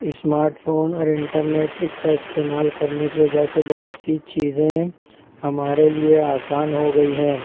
smart phone اور internet کا استعمال کرنے کی وجہ سے بہت سی چیزیں ہمارے لیے آسان ہو گئی ہیں